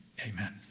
Amen